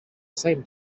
same